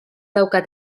daukat